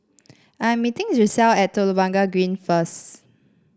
I am meeting Giselle at Telok Blangah Green first